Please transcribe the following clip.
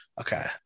Okay